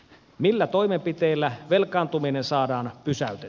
millä toimenpiteillä velkaantuminen saadaan kyselty